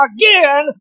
again